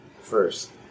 first